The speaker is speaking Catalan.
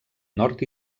nord